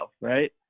right